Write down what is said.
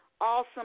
awesome